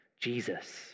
Jesus